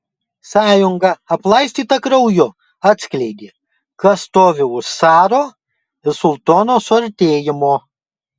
sąjunga aplaistyta krauju atskleidė kas stovi už caro ir sultono suartėjimo